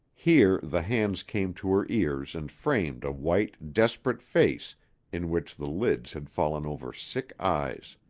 here the hands came to her ears and framed a white, desperate face in which the lids had fallen over sick eyes.